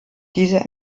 diese